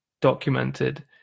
documented